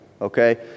okay